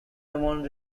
ramon